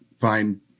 find